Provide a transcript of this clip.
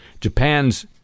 Japan's